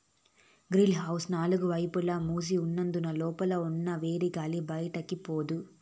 green house నాలుగు వైపులా మూసి ఉన్నందున లోపల ఉన్న వేడిగాలి బయటికి పోదు